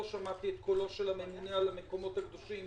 שמעתי את קולו של הממונה על המקומות הקדושים